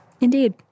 Indeed